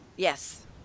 Yes